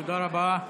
תודה רבה.